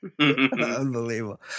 Unbelievable